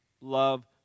love